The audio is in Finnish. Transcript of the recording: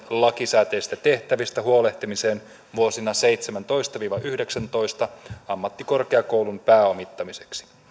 lakisääteisistä tehtävistä huolehtimiseen sekä vuosina seitsemäntoista viiva yhdeksäntoista ammattikorkeakoulun pääomittamiseksi